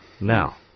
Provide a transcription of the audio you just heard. Now